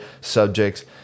subjects